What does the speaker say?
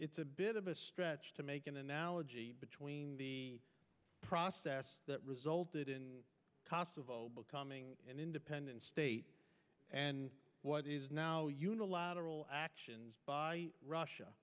it's a bit of a stretch to make an analogy between the process that resulted in cost of becoming an independent state and what is now unilateral actions by russia